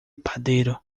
padeiro